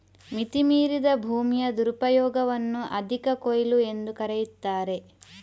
ಮಿತಿ ಮೀರಿದ ಭೂಮಿಯ ದುರುಪಯೋಗವನ್ನು ಅಧಿಕ ಕೊಯ್ಲು ಎಂದೂ ಕರೆಯುತ್ತಾರೆ